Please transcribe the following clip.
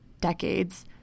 decades—